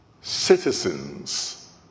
citizens